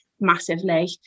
massively